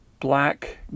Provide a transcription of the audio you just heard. black